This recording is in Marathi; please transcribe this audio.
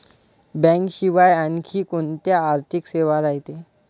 बँकेशिवाय आनखी कोंत्या आर्थिक सेवा रायते?